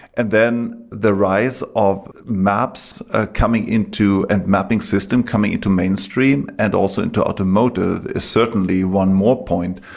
and then the rise of maps are ah coming into and mapping system coming into mainstream and also into automotive is certainly one more point.